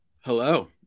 Hello